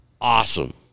Awesome